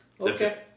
Okay